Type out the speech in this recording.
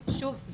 שוב,